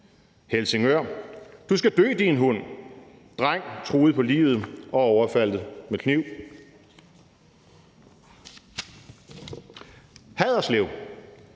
Helsingør: »'Du skal dø, din hund': Dreng truet på livet og overfaldet med kniv«. Haderslev: